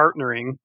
partnering